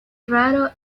raro